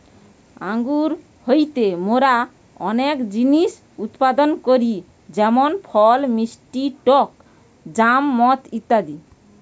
আঙ্গুর হইতে মোরা অনেক জিনিস উৎপাদন করি যেমন ফল, মিষ্টি টক জ্যাম, মদ ইত্যাদি